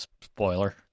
Spoiler